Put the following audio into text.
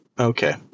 Okay